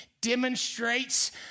demonstrates